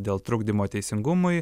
dėl trukdymo teisingumui